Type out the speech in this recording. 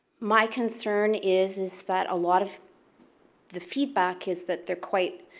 my concern is is that a lot of the feedback is that they're quite